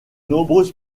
nombreuses